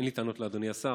אין לי טענות לאדוני השר.